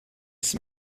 ist